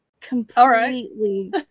completely